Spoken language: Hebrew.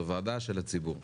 זו ועדה של הציבור.